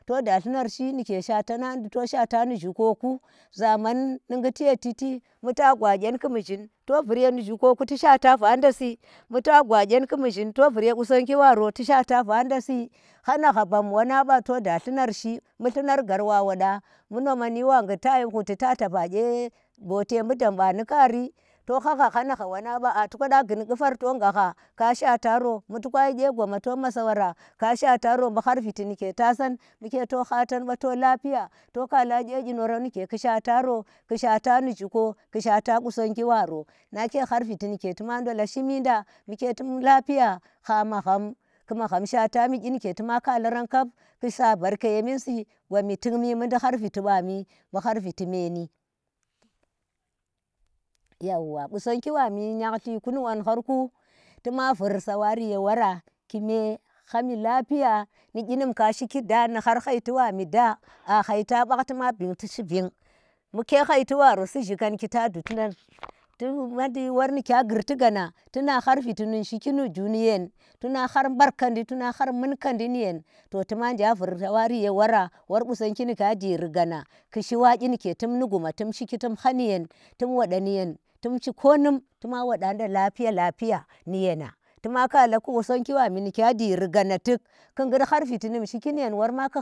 To da llunar shi nike shwata nda to shwata ni zhi koku zaman ni ghiti ye chitti, bu ta gwa gyen ki mishin to vur ye, zhiko ku tu shwata vanda si bu ta gwa gyen ki mishun to vur ye qusonjiji waro su shwata va dasi. Hanana bam wana ba to da lluhar shi bu lluyar ghar wa woda bu do mandi wa ghud tayi hhud ye bote bu damwa ni kaari, to hanya, ha ha ha wana ba, a to kada ghun qufar to ghahha ka shwataro bu toka shi kye goma to masa wara ka shwatare bu har viti ni ke tasan, bu ke to hataba to khala ye yihoro ike ki shataro, ku shwata qusoggi waro ala har viti ike tuma dala shi mi da mbuke tum lafiya ha magham ku magham shwatami kyi ni ke tuma khalara kap kisa barke yemisi, gwami tukmi mudi har viti bami bu har viti meei. yauwa, qusaggi whami yllirkuu, u wohar ku tu ma vur sawari ye wora, ku me hami lafiya ni kyi num ka shiki da, a har haita tuma bin tishi bin. Bu ke haitiwaro si gyikanki ta dutida tun war tuk ni kya ghurti gana tuna har viti num shikinu zhuni yen tua har mbarkadi iyen to tuma nja vur sawari ye wara wor qusonggi ni kya jiri gana ki shi wa kyi ike tum u guma tu shiki tum hai ye, tum woda niyen tum shi kou tuma wada iye tum shi koum tuma wada lafiya lafiya ni yenan, tuma khala qusanggi wami ni laya siri ghana tuk, ku ghud har viti num shiki ni yen warma.